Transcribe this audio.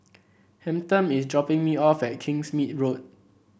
Hampton is dropping me off at Kingsmead Road